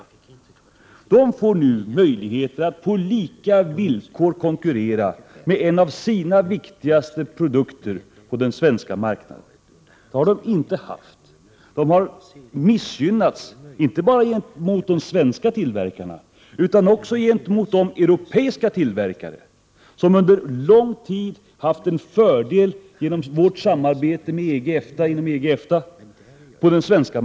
U-länderna får nu möjligheter att på lika villkor konkurrera på den svenska marknaden med en av sina viktigaste produkter. Den möjligheten har de inte haft tidigare. De har missgynnats inte bara i förhållande till de svenska tillverkarna utan också i förhållande till de europeiska tillverkare som under lång tid har haft en fördel på den svenska marknaden på grund av vårt samarbete med EG och EFTA.